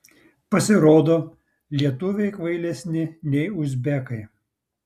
pasirodo lietuviai kvailesni nei uzbekai